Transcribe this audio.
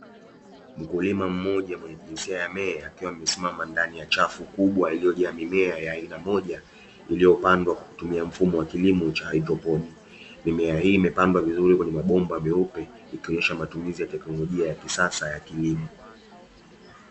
Mkulima mmoja mwenye jinsia ya Me akiwa amesimama ndani ya chafu kubwa iliyojaa mimea ya aina moja iliyopandwa kwa kutumia mfumo wa kilimo cha haidroponi. Mimea hii imepandwa vizuri kwenye mabomba meupe ikionyesha matumizi ya teknolojia ya kisasa ya kilimo.